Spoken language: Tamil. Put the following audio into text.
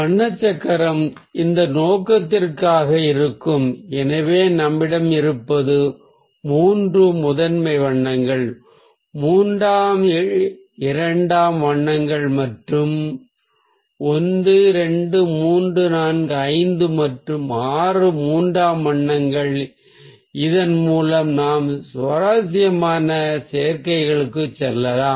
வண்ண சக்கரம் இந்த நோக்கத்திற்காக இவ்வாறு இருக்கும் எனவே நம்மிடம் இருப்பது மூன்று முதன்மை வண்ணங்கள் மூன்று இரண்டாம் வண்ணங்கள் மற்றும் 1 2 3 4 5 மற்றும் 6 மூன்றாம் வண்ணங்கள் இதன் மூலம் வண்ண சக்கரத்தில் நாம் சுவாரஸ்யமான சேர்க்கைகளுக்கு செல்லலாம்